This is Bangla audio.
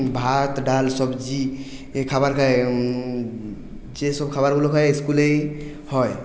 ভাত ডাল সবজি খাবার খাই যেসব খাবারগুলো খাই স্কুলেই হয়